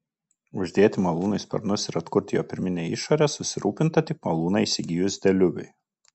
uždėti malūnui sparnus ir atkurti jo pirminę išorę susirūpinta tik malūną įsigijus deliuviui